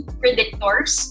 predictors